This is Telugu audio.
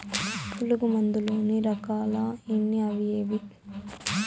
పులుగు మందు లోని రకాల ఎన్ని అవి ఏవి?